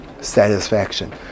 satisfaction